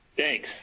Thanks